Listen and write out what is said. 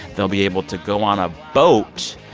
they'll be able to go on a boat.